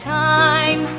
time